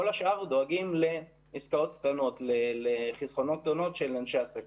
כל השאר דואגים לעסקאות קטנות של אנשי עסקים.